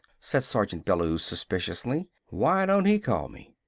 said sergeant bellews suspiciously. why don't he call me?